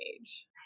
age